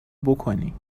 بکنی